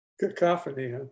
Cacophony